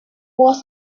was